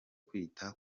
kwita